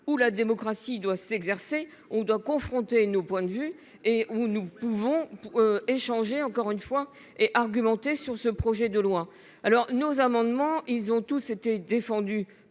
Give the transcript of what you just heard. où la démocratie doit s'exercer. On doit confronter nos points de vue et où nous pouvons. Échanger encore une fois et argumenté sur ce projet de loi. Alors nos amendements. Ils ont tous été défendue